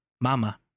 Mama